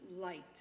light